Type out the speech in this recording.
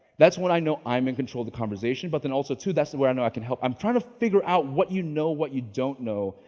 that's what i know i'm in control the conversation, but then also two, that's the way i know i can help. i'm trying to figure out what you know, what you don't know,